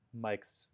Mike's